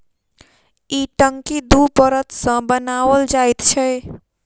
ई टंकी दू परत सॅ बनाओल जाइत छै